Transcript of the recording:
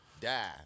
die